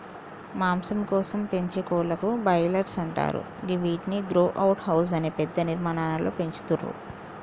మాంసం కోసం పెంచే కోళ్లను బ్రాయిలర్స్ అంటరు గివ్విటిని గ్రో అవుట్ హౌస్ అనే పెద్ద నిర్మాణాలలో పెంచుతుర్రు